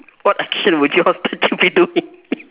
what action would your statue be doing